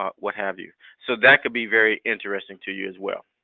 um what have you. so that could be very interesting to you as well.